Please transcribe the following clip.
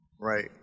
right